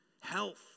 Health